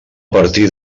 partir